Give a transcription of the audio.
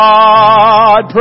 God